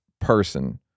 person